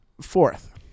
Fourth